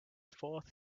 fourth